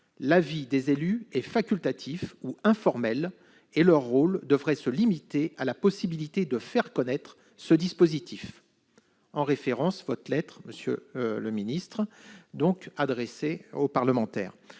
L'avis des élus est facultatif ou informel et leur rôle devrait se limiter à la possibilité de faire connaître ce dispositif. » En référence figure votre lettre, monsieur le secrétaire d'État, adressée aux parlementaires.